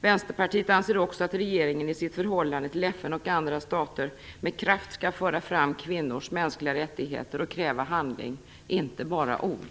Vänsterpartiet anser också att regeringen i sitt förhållande till FN och andra stater med kraft skall föra fram kvinnors mänskliga rättigheter och kräva handling - inte bara ord.